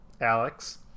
Alex